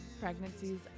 pregnancies